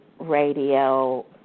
radio